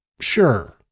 sure